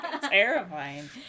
terrifying